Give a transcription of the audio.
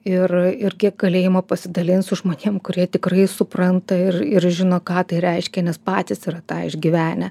ir irgi galėjimo pasidalint su žmonėm kurie tikrai supranta ir ir žino ką tai reiškia nes patys yra tą išgyvenę